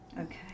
Okay